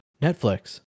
netflix